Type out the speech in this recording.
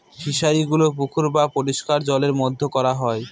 ফিশারিগুলো পুকুর বা পরিষ্কার জলের মধ্যে করা হয়